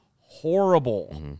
horrible